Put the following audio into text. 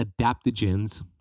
adaptogens